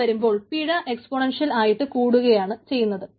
ഇങ്ങനെ വരുമ്പോൾ പിഴ എക്സ്പോണൻഷ്യൽ ആയിട്ട് കൂടുകയാണ് ചെയ്യുന്നത്